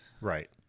Right